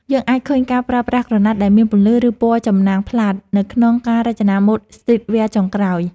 យើងអាចឃើញការប្រើប្រាស់ក្រណាត់ដែលមានពន្លឺ ឬពណ៌ចំណាំងផ្លាតនៅក្នុងការរចនាម៉ូដស្ទ្រីតវែរចុងក្រោយ។